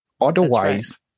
Otherwise